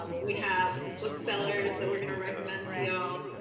um we have some booksellers that we're going to recommend to ya'll.